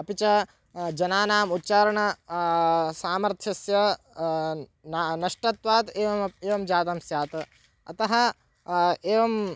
अपि च जनानाम् उच्चारण सामर्थ्यस्य नष्टत्वात् एवम् एवं जातं स्यात् अतः एवं